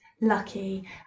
lucky